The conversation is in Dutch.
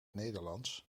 nederlands